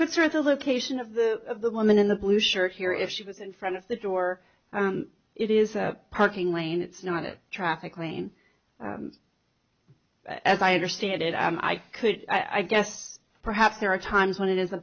puts her at the location of the of the woman in the blue shirt here if she was in front of the door it is a parking lane it's not it traffic lane as i understand it and i could i guess perhaps there are times when it is a